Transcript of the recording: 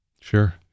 Sure